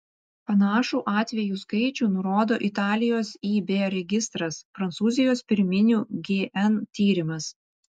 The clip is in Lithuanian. panašų atvejų skaičių nurodo italijos ib registras prancūzijos pirminių gn tyrimas